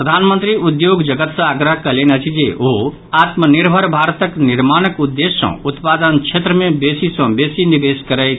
प्रधानमंत्री उद्योग जगत सँ आग्रह कयलनि अछि जे ओ आत्मनिर्भर भारतक निर्माणक उद्देश्य सँ उत्पादन क्षेत्र मे बेसी सँ बेसी निवेश करैथ